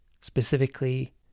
specifically